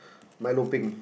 milo peng